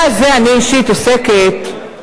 קודם כול אמרתי איפה